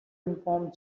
inform